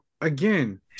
again